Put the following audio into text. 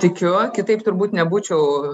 tikiu kitaip turbūt nebūčiau